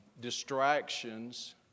distractions